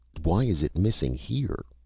why is it missing here?